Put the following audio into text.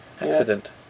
accident